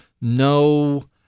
no